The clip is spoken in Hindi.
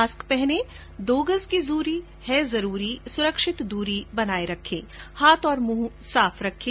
मास्क पहनें दो गज़ की दूरी है जरूरी सुरक्षित दूरी बनाए रखें हाथ और मुंह साफ रखें